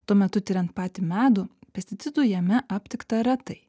tuo metu tiriant patį medų pesticidų jame aptikta retai